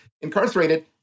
incarcerated